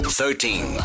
Thirteen